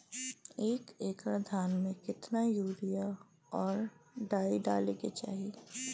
एक एकड़ धान में कितना यूरिया और डाई डाले के चाही?